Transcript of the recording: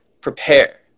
prepare